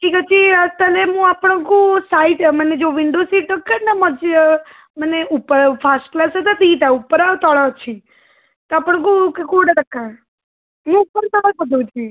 ଠିକ୍ ଅଛି ଆଉ ତା'ହେଲେ ମୁଁ ଆପଣଙ୍କୁ ସାଇଡ଼୍ ମାନେ ଯେଉଁ ୱିଣ୍ଡୋ ସିଟ୍ ଦରକାର ନା ମଝି ମାନେ ଉପର ଫାଷ୍ଟ୍ କ୍ଲାସ୍ରେ ଦୁଇଟା ଉପର ଆଉ ତଳ ଅଛି ତ ଆପଣଙ୍କୁ କେଉଁଟା ଦରକାର ମୁଁ ଉପର ତଳ ପଚାରୁଛି